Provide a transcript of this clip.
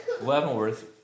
Leavenworth